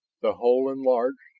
the hole enlarged,